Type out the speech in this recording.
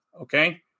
Okay